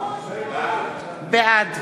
בעד